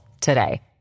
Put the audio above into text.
today